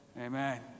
amen